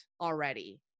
already